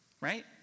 right